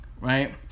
right